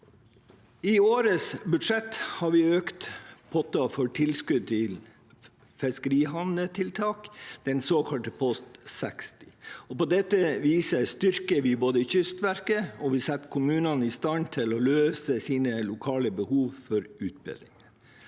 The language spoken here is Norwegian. I årets budsjett har vi økt potten for tilskudd til fiskerihavnetiltak, den såkalte post 60. På dette viset styrker vi Kystverket, og vi setter kommunene i stand til å løse sine lokale behov for utbedring.